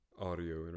audio